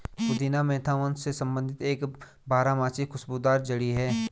पुदीना मेंथा वंश से संबंधित एक बारहमासी खुशबूदार जड़ी है